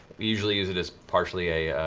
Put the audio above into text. we usually use it as partially a